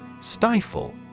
Stifle